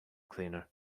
cleaner